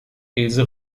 ilse